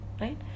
right